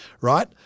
right